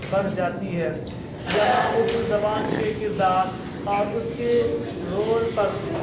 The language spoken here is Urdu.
بڑھ جاتی ہے یہاں اردو زبان کے کردار اور اس کے رول پر